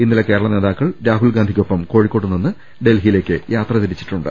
ഇന്നലെ കേരള നേതാക്കൾ രാഹുൽ ഗാന്ധിക്കൊപ്പം കോഴിക്കോട്ടു നിന്ന് ഡൽഹിയിലേക്ക് യാത്ര തിരിച്ചിട്ടുണ്ട്